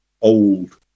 old